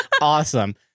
Awesome